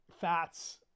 fats